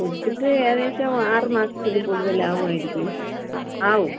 കൊടുത്തിട്ട് ഏകദേശം ആറുമാസത്തിൽ കൂടുതൽ ആവുവായിരിക്കും ആഹ് ആവും